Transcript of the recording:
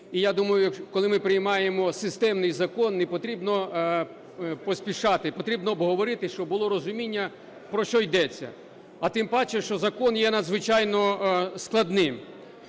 І я думаю, коли ми приймаємо системний закон, не потрібно поспішати. Потрібно обговорити, щоб було розуміння, про що йдеться, а тим паче, що закон є надзвичайно складним.